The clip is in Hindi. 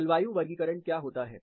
जलवायु वर्गीकरण क्या होता है